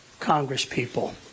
Congresspeople